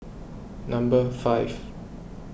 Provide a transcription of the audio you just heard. number five